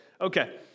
Okay